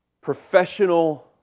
professional